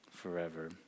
forever